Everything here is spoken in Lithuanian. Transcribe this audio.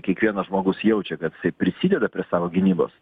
kiekvienas žmogus jaučia kad jisai prisideda prie savo gynybos